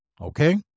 Okay